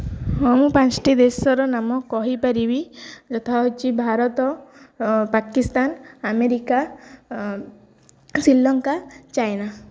ହଁ ମୁଁ ପାଞ୍ଚଟି ଦେଶର ନାମ କହିପାରିବି ଯଥା ହେଉଛି ଭାରତ ପାକିସ୍ତାନ ଆମେରିକା ଶ୍ରୀଲଙ୍କା ଚାଇନା